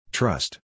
Trust